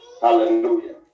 Hallelujah